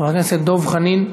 חבר הכנסת דב חנין,